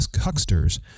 hucksters